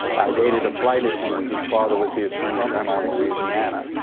i dated a flight attendant whose father was the attorney general in louisiana.